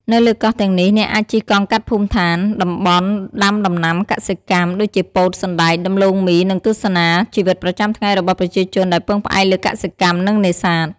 នៅលើកោះទាំងនេះ អ្នកអាចជិះកង់កាត់ភូមិដ្ឋាន តំបន់ដាំដំណាំកសិកម្ម ដូចជាពោត សណ្តែក ដំឡូងមី និងទស្សនាជីវិតប្រចាំថ្ងៃរបស់ប្រជាជនដែលពឹងផ្អែកលើកសិកម្ម និងនេសាទ។